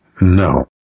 No